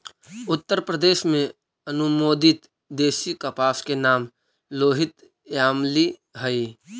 उत्तरप्रदेश में अनुमोदित देशी कपास के नाम लोहित यामली हई